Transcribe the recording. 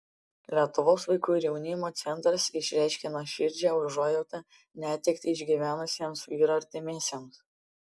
lietuvos vaikų ir jaunimo centras išreiškė nuoširdžią užuojautą netektį išgyvenusiems vyro artimiesiems